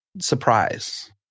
surprise